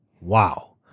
Wow